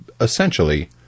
essentially